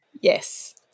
Yes